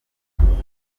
rimwe